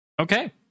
Okay